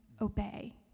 obey